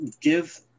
give